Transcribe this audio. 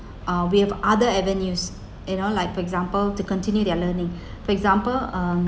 uh we have other avenues you know like for example to continue their learning for example um